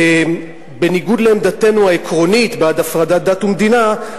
בניגוד לעמדתנו העקרונית בעד הפרדת דת ממדינה,